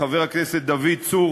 חבר הכנסת דוד צור,